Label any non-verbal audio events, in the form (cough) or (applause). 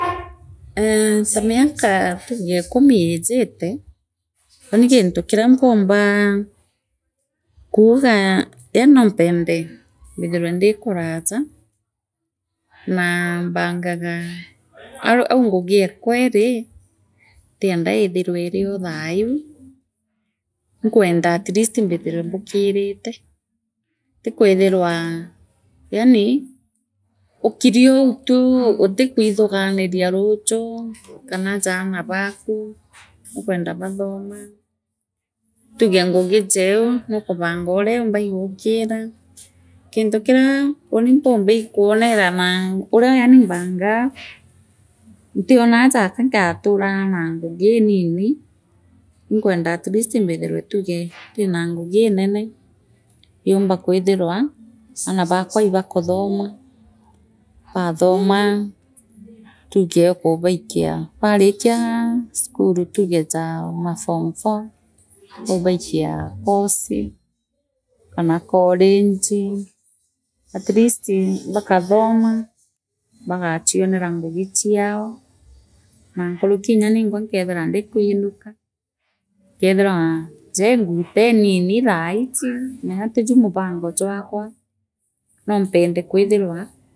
(noise) ee ta mionka tuge ikumi ijite ulini ginti kina mpumbaa kugaa yeeni nompende mbithirwe ndi kuraja naa mbangaga aria au ngugiekwa iri ntienda ithirwa inah teria inkwenda atleast mbithire mbukirite ti kwithirwa yaani ukiri uu tu utikwithiganina ruuju kaana jaana baku nukwenda baathome tuge ngugi ju nukubanga uria yumba ii gukiraa gintu kiria gintu kiria uuni mpumbaa ikwonera naa uria yeni mbangaa ntionaa jaka ngathiraa ra ngugi iiniini yumba kwithirwa aana baakwa ihakuthome baatoma tuge ukubakija baarikia skuni tuge jaa for four ubaikia course kana college atleast bakatroma hagachionera ngugi chiao naa nkuethirwa jeengwitaa iinini thaiji menya tija muhango jwakwa noompende kwithirwa.